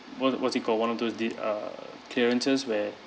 what's what's it called one of those did err clearances where